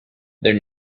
their